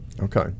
Okay